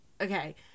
Okay